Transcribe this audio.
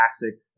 classic